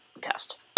test